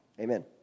Amen